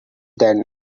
then